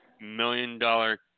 Million-dollar